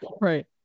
Right